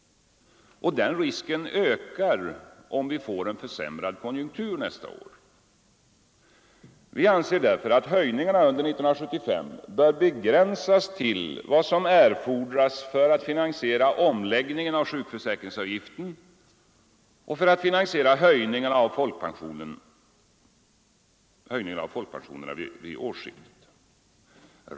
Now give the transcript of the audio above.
Den risken ökar om vi får en försämrad konjunktur nästa år. Vi anser därför att höjningarna under 1975 bör begränsas till vad som erfordras för att finansiera omläggningen av sjukförsäkringsavgiften och höjningarna av folkpensionerna vid årsskiftet.